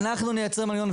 אנחנו נייצר מנגנון,